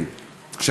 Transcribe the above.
אני,